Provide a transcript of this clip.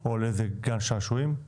או לאיזה גן שעשועים?